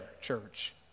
church